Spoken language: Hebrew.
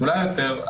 גדולה יותר,